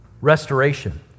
Restoration